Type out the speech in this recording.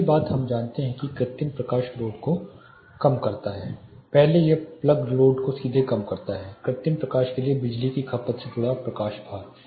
पहली बात हम जानते हैं कि यह कृत्रिम प्रकाश लोड को कम करता है पहले यह प्लग लोड को सीधे कम करता है कृत्रिम प्रकाश के लिए बिजली की खपत से जुड़ा प्रकाश भार